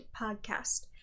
Podcast